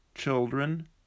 children